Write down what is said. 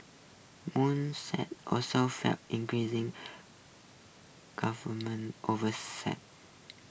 monsanto also faces increasing government oversight